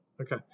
Okay